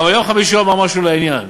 ביום חמישי הוא אמר משהו לעניין,